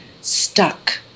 stuck